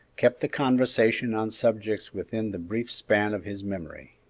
kept the conversation on subjects within the brief span of his memory.